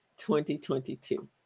2022